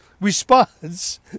response